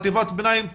חטיבת ביניים ותיכון.